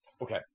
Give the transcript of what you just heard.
Okay